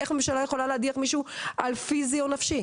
איך הממשלה יכולה להדיח מישהו על פיזי או נפשי?